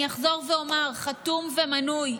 אני אחזור ואומר: חתום ומנוי.